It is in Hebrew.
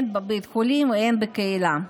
הן בבית החולים והן בקהילה.